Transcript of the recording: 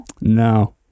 no